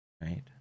right